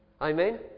Amen